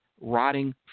rotting